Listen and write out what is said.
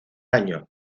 año